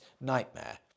nightmare